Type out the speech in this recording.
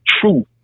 truth